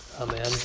Amen